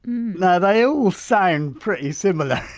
now they all sound pretty similar